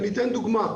אני אתן דוגמה.